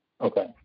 okay